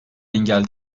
engel